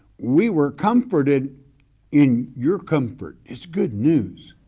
we were comforted in your comfort. it's good news.